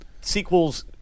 Sequels